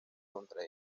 contra